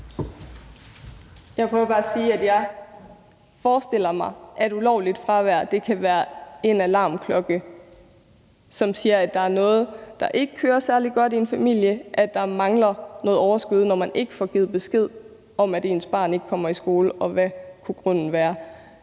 Jeg prøver bare at sige, at jeg forestiller mig, at ulovligt fravær kan være en alarmklokke, som siger, at der er noget, der ikke kører særlig godt i en familie, og at der mangler noget overskud, når man ikke får givet besked om, at ens barn ikke kommer i skole, og om, hvad grunden kunne være,